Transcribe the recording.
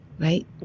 Right